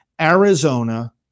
Arizona